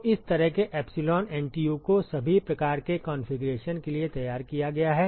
तो इस तरह के एप्सिलॉन एनटीयू को सभी प्रकार के कॉन्फ़िगरेशन के लिए तैयार किया गया है